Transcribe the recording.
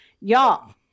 Y'all